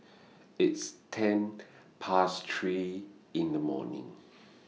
its ten Past three in The morning